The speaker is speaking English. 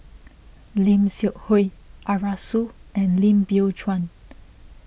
Lim Seok Hui Arasu and Lim Biow Chuan